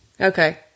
Okay